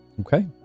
Okay